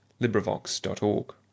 LibriVox.org